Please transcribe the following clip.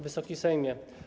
Wysoki Sejmie!